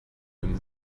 him